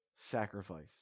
sacrifice